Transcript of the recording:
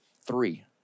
three